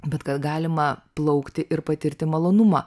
bet kad galima plaukti ir patirti malonumą